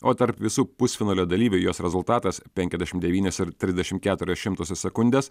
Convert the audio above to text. o tarp visų pusfinalio dalyvių jos rezultatas penkiasdešim devynios ir trisdešim keturios šimtosios sekundės